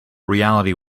reality